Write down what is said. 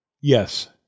Yes